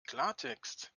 klartext